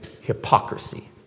hypocrisy